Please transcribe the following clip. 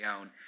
own